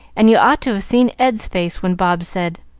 and you ought to have seen ed's face when bob said,